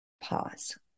pause